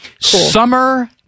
Summer